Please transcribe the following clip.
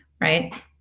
Right